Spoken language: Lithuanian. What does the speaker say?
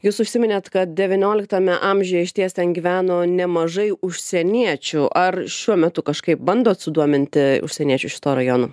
jūs užsiminėt kad devynioliktame amžiuje išties ten gyveno nemažai užsieniečių ar šiuo metu kažkaip bandot sudominti užsieniečius šituo rajonu